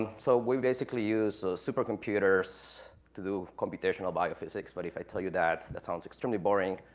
so, we basically use super computers to do computational biophysics, but if i tell you that, that sounds extremely boring,